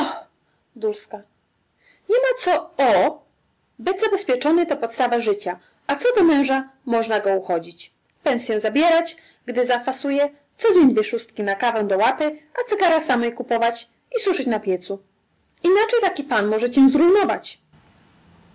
niema co o byt zabezpieczony to podstawa życia a co do męża można go uchodzić pensyę zabierać gdy zaferuje codzień dwie szóstki na kawę do łapy a cygara samej kupować i suszyć na piecu inaczej taki pan może cię